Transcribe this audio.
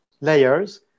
layers